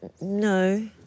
no